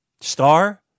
Star